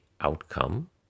outcome